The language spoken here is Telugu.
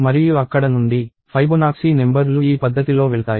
మరియు అక్కడ నుండి ఫైబొనాక్సీ నెంబర్ లు ఈ పద్ధతిలో వెళ్తాయి